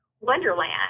wonderland